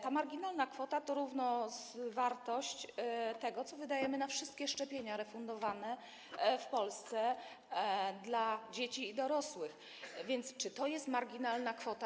Ta marginalna kwota to równowartość tego, co wydajemy na wszystkie szczepienia refundowane w Polsce dla dzieci i dorosłych, więc czy to jest marginalna kwota?